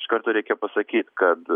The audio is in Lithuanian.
iš karto reikia pasakyt kad